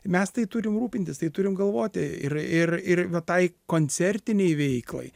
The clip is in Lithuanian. mes tai turim rūpintis tai turim galvoti ir ir ir va tai koncertinei veiklai